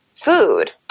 food